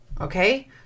okay